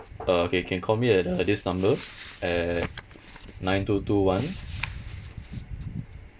uh okay can call me at uh this number at nine two two one